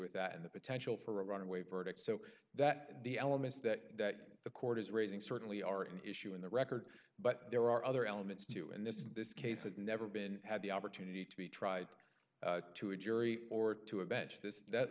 with that and the potential for a runaway verdict so that the elements that the court is raising certainly are an issue in the record but there are other elements too and this in this case has never been had the opportunity to be tried to a jury or to a bench this that